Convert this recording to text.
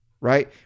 right